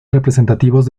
representativos